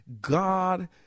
God